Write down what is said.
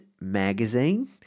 Magazine